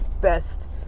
best